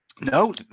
No